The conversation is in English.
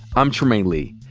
i'm trymaine lee.